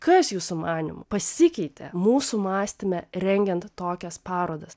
kas jūsų manymu pasikeitė mūsų mąstyme rengiant tokias parodas